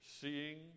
seeing